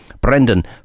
Brendan